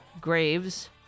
graves